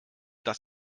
dass